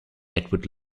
edward